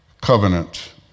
covenant